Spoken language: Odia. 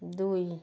ଦୁଇ